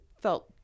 felt